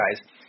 guys